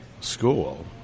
school